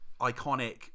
iconic